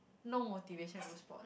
no motivation do sport